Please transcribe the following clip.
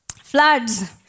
Floods